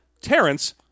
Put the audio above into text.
Terrence